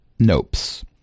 nopes